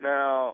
Now